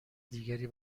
دیگری